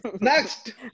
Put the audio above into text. Next